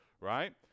right